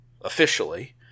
officially